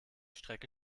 strecke